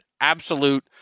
absolute